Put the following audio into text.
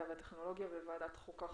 לוועדת המדע והטכנולוגיה ולוועדת החוקה,